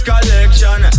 collection